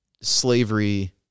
slavery